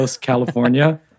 California